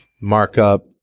markup